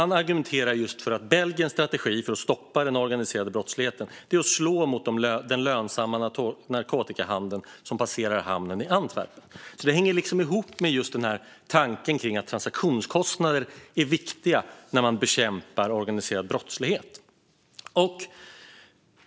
Han argumenterar för Belgiens strategi för att stoppa den organiserade brottsligheten, som är att slå mot den lönsamma narkotikahandeln som passerar hamnen i Antwerpen. Det hänger liksom ihop med tanken att transaktionskostnader är viktiga när man bekämpar organiserad brottslighet.